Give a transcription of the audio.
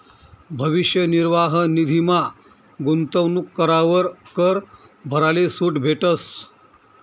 भविष्य निर्वाह निधीमा गूंतवणूक करावर कर भराले सूट भेटस